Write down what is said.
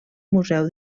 museu